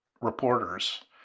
reporters